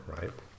right